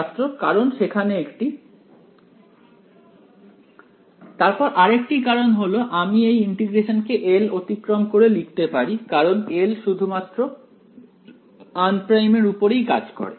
ছাত্র কারণ সেখানে একটি তারপর আরেকটি কারণ হল আমি এই ইন্টিগ্রেশনকে L অতিক্রম করে লিখতে পারি কারণ L শুধুমাত্র আনপ্রাইম এর উপরেই কাজ করে